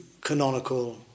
canonical